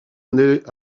nait